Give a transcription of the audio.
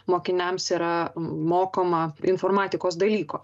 mokiniams yra mokoma informatikos dalyko